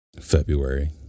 February